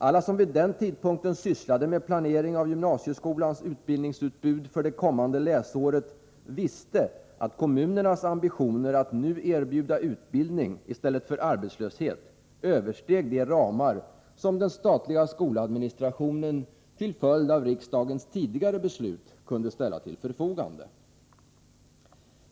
Alla som vid den tidpunkten sysslade med planering av gymnasieskolans utbildningsutbud för det kommande läsåret visste att kommunernas ambitioner att nu erbjuda utbildning i stället för arbetslöshet översteg de ramar som den statliga skoladministrationen, till följd av riksdagens tidigare beslut, kunde ställa till förfogande.